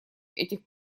этих